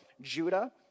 Judah